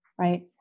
right